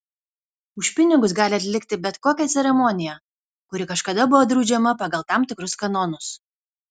už pinigus gali atlikti bet kokią ceremoniją kuri kažkada buvo draudžiama pagal tam tikrus kanonus